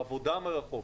העבודה מרחוק,